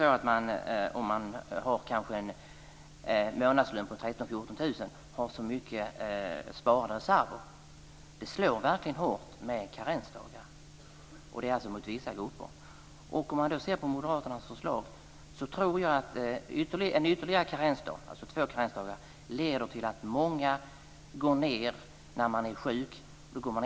Om man har en månadslön på 13 000-14 000 kr har man kanske inte så mycket sparade reserver. Det slår verkligen hårt med karensdagar mot vissa grupper. Man kan se på moderaternas förslag. Jag tror att en ytterligare karensdag, alltså två karensdagar, leder till att många går och arbetar när de är sjuka.